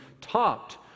topped